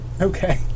Okay